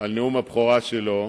על נאום הבכורה שלו.